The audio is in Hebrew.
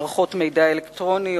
מערכות מידע אלקטרוניות,